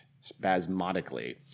spasmodically